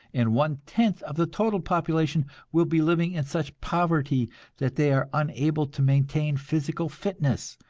and one-tenth of the total population will be living in such poverty that they are unable to maintain physical fitness,